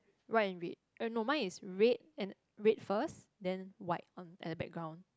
white and red oh no mine is red and red first then white on at the background